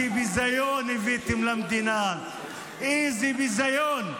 איזה ביזיון הבאתם למדינה, איזה ביזיון.